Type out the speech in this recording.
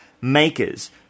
Makers